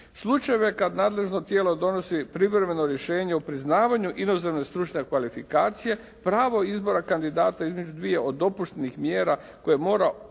slučajeve kad nadležno tijelo donosi privremeno rješenje o priznavanje inozemne i stručne kvalifikacije, pravo izbora kandidata između dvije od dopuštenih mjera koje mora obaviti